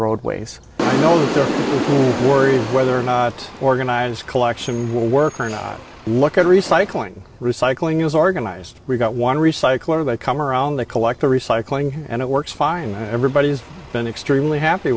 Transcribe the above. roadways no worries whether or not organize collection will work or not look at recycling recycling is organized we've got one recycler that come around they collect the recycling and it works fine everybody's been extremely happy